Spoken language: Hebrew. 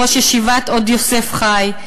ראש ישיבת "עוד יוסף חי",